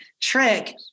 trick